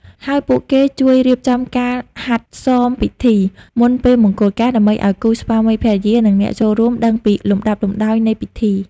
ហើយពួកគេជួយ រៀបចំការហាត់សមពិធី មុនថ្ងៃមង្គលការ ដើម្បីឱ្យគូស្វាមីភរិយា និងអ្នកចូលរួមដឹងពីលំដាប់លំដោយនៃពិធី។